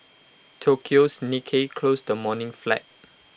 Tokyo's Nikkei closed the morning flat